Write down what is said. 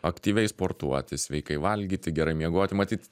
aktyviai sportuoti sveikai valgyti gerai miegoti maty